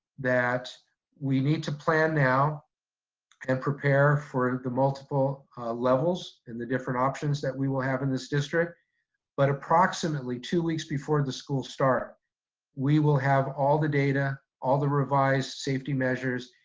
that we need to plan now and prepare for the multiple levels and the different options that we will have in this district but approximately two weeks before the school start we will have all the data, all the revised safety measures,